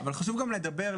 אבל חשוב גם לדבר,